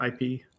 ip